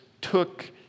took